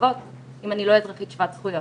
חובות אם אני לא אזרחית שוות זכויות.